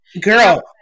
Girl